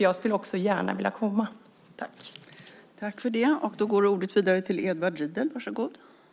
Jag skulle också gärna vilja komma dit.